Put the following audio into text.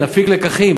נפיק לקחים.